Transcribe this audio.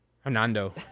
Hernando